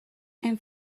and